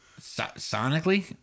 sonically